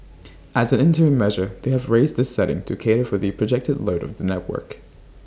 as an interim measure they have raised this setting to cater for the projected load of the network